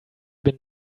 been